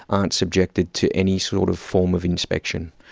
aren't subjected to any sort of form of inspection.